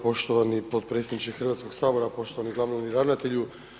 Poštovani potpredsjedniče Hrvatskog sabora, poštovani glavni ravnatelju.